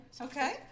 Okay